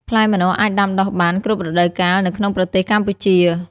ផ្លែម្នាស់អាចដាំដុះបាន គ្រប់រដូវកាល នៅក្នុងប្រទេសកម្ពុជា។